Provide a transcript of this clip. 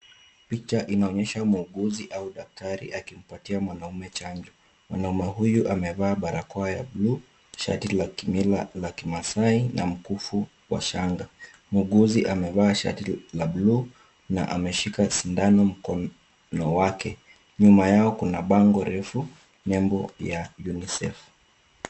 Picha inaonyesha muuguzi au daktari akimpatia mwanamume chanjo. Mwanamume huyu amevaa barakoa ya buluu, shati la kimila la kimaasai na mkufu wa shanga. Muuguzi amevaa shati la buluu na ameshika sindano mkononi wake. Nyuma yao kuna bango refu nembo ya UNICEF.